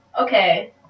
okay